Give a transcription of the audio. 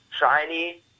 shiny